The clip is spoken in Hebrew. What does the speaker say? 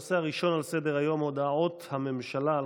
הנושא הראשון על סדר-היום הודעת הממשלה על